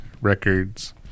Records